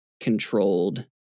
controlled